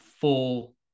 full